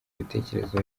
ibitekerezo